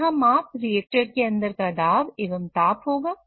तो यहां माप रिएक्टर के अंदर का दाब एवं ताप होगा